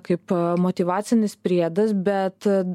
kaip motyvacinis priedas bet